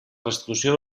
restitució